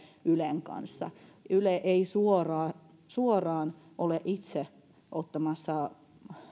ylen kanssa yle ei suoraan suoraan ole itse ottamassa